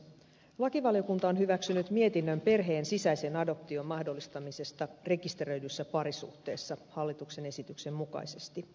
lakivaliokunta on hyväksynyt mietinnön perheen sisäisen adoption mahdollistamisesta rekisteröidyssä parisuhteessa hallituksen esityksen mukaisesti